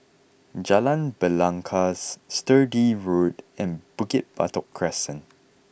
Jalan Belangkas Sturdee Road and Bukit Batok Crescent